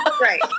Right